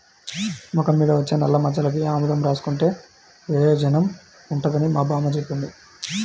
మొఖం మీద వచ్చే నల్లమచ్చలకి ఆముదం రాసుకుంటే పెయోజనం ఉంటదని మా బామ్మ జెప్పింది